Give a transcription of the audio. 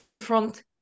front